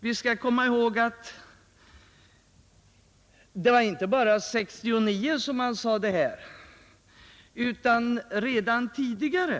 Vi skall komma ihåg att det inte bara var 1969 som man sade detta utan redan tidigare.